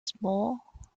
small